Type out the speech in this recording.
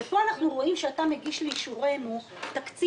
פה אנחנו רואים שאתה מגיש לאישורנו תקציב